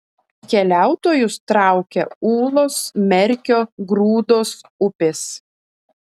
keliautojus traukia ūlos merkio grūdos upės